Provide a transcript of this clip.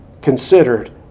considered